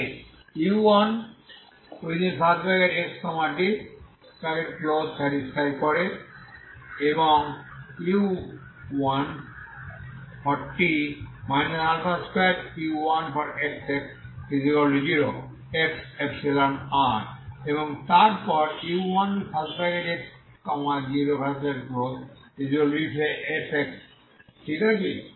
যাতে u1xt satisfy হয় u1t 2u1xx0 x∈R এবং তারপর u1x0f ঠিক আছে